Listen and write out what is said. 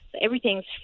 Everything's